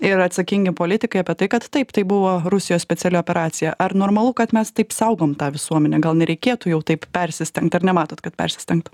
ir atsakingi politikai apie tai kad taip tai buvo rusijos speciali operacija ar normalu kad mes taip saugom tą visuomenę gal nereikėtų jau taip persistengt ar nematot kad persistengta